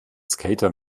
skater